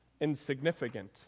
insignificant